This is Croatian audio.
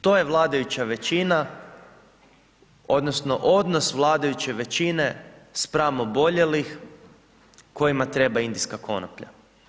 To je vladajuća većina, odnosno, vladajuće većine spram oboljelih kojima treba indijska konoplja.